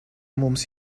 mums